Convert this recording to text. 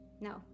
No